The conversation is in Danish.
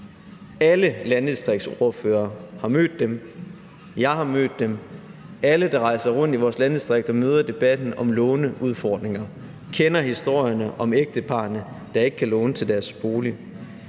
Alle landdistriktsordførere har mødt dem, og jeg har mødt dem. Alle, der rejser rundt i vores landdistrikter, møder debatten om låneudfordringer og kender historierne om ægteparrene, der ikke kan låne til deres bolig.